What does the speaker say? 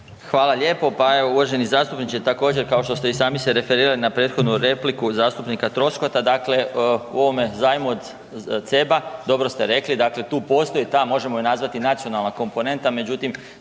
Hvala lijepo. Pa evo uvaženi zastupniče također kao što ste se i sami referirali na prethodnu repliku zastupnika Troskota, dakle u ovome zajmu od CEB-a dobro ste rekli tu postoji ta možemo je nazvati nacionalna komponenta, međutim